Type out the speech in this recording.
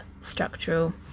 structural